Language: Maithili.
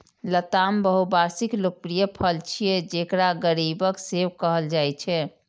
लताम बहुवार्षिक लोकप्रिय फल छियै, जेकरा गरीबक सेब कहल जाइ छै